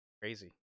Crazy